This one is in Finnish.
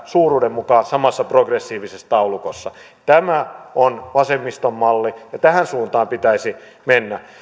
suuruuden mukaan samaan progressiiviseen taulukkoon tämä on vasemmiston malli ja tähän suuntaan pitäisi mennä